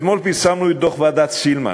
אתמול פרסמנו את דוח ועדת סילמן.